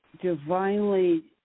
divinely